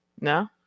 No